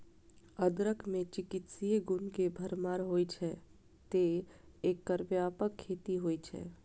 अदरक मे चिकित्सीय गुण के भरमार होइ छै, तें एकर व्यापक खेती होइ छै